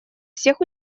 всех